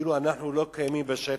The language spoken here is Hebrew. כאילו אנחנו לא קיימים בשטח.